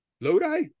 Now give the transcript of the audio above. Lodi